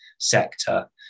Sector